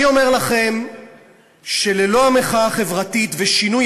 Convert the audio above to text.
אני אומר לכם שללא המחאה החברתית ושינוי